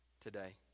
Today